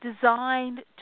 designed